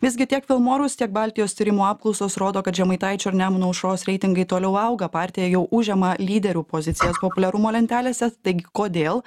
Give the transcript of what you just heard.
visgi tiek vilmorus tiek baltijos tyrimų apklausos rodo kad žemaitaičio ir nemuno aušros reitingai toliau auga partija jau užima lyderių pozicijas populiarumo lentelėse taigi kodėl